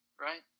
right